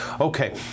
Okay